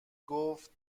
گفت